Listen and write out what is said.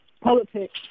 politics